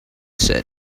said